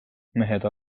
mehed